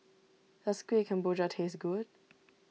does Kuih Kemboja taste good